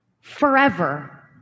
Forever